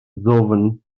ddwfn